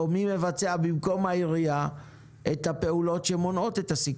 או מי מבצע במקום העירייה את הפעולות שמונעות את הסיכון?